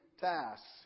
tasks